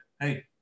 hey